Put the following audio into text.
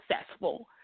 successful